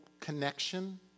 connection